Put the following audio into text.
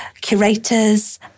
curators